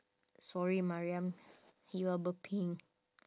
sorry mariam you are burping